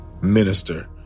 minister